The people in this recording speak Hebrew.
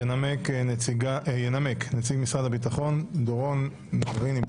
ינמק נציג משרד הביטחון דורון נגרין.